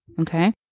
okay